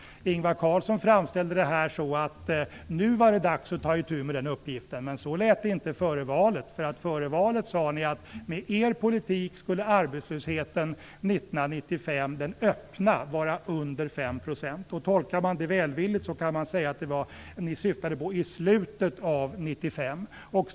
Ingvar Carlsson framställde det här så att nu var det dags att ta itu med den uppgiften, men så lät det inte före valet. Före valet sade ni att med er politik skulle den öppna arbetslösheten 1995 vara under 5 %. Tolkar man det välvilligt kan man säga att ni syftade på slutet av 1995.